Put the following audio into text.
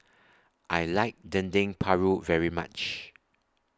I like Dendeng Paru very much